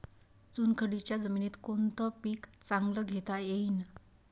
चुनखडीच्या जमीनीत कोनतं पीक चांगलं घेता येईन?